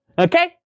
Okay